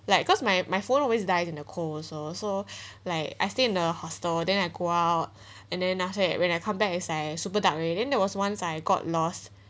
like cause my my photo is died in a cold also so like I stay in a hostel then I go out and then and then when I come back is like super dark already then there was once I got lost